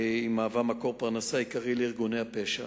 והוא מהווה מקור פרנסה עיקרי לארגוני הפשע.